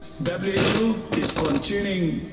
w h o is continuing.